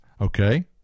okay